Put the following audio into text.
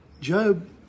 Job